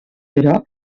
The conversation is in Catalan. però